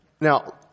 Now